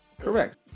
correct